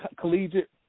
collegiate